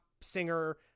singer